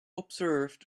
observed